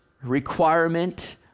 requirement